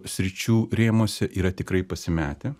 sričių rėmuose yra tikrai pasimetę